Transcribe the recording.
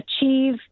achieve